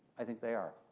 i think they are.